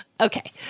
Okay